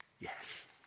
yes